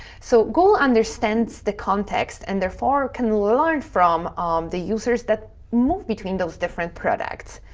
so google understands the context and therefore can learn from um the users that move between those different products.